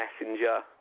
Messenger